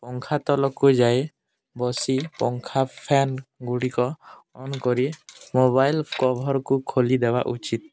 ପଙ୍ଖା ତଲକୁ ଯାଇ ବସି ପଙ୍ଖା ଫ୍ୟାନ୍ ଗୁଡ଼ିକ ଅନ୍ କରି ମୋବାଇଲ୍ କଭରକୁ ଖୋଲି ଦେବା ଉଚିତ